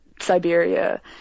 Siberia